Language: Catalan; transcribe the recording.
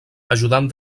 ajudant